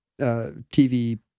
TV